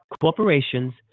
corporations